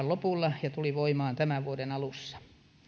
lopulla ja tuli voimaan tämän vuoden alussa